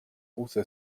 also